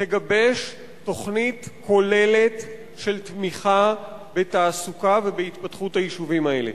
תגבש תוכנית כוללת של תמיכה בתעסוקה ובהתפתחות היישובים האלה.